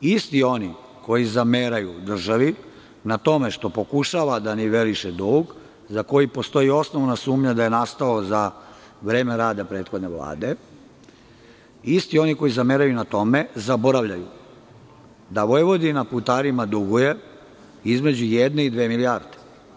Isti oni koji zameraju državi na tome što pokušava da niveliše dug za koji postoji osnovana sumnja da je nastao za vreme rada prethodne Vlade, isti oni koji zameraju na tome, zaboravljaju da Vojvodina putarima duguje između jedne i dve milijarde.